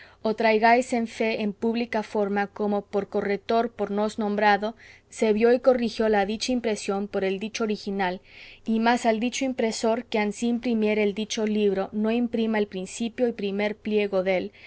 o traigáis fe en pública forma cómo por corretor por nos nombrado se vio y corrigió la dicha impresión por el dicho original y más al dicho impresor que ansí imprimiere el dicho libro no imprima el principio y primer pliego dél